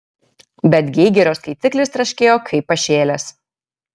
bet geigerio skaitiklis traškėjo kaip pašėlęs